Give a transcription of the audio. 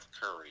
Curry